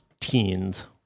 teens